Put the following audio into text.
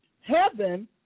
Heaven